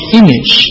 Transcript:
image